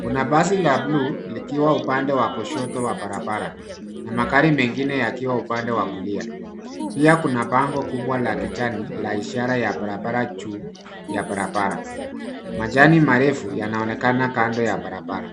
Kuna basi la bluu likiwa upande wa kushoto wa barabara na magari mengine yakiwa upande wakulia. Pia kuna bango kubwa la kijani la ishara ya barabara juu ya barabara. Majani marefu yanaonekana kando ya barabara.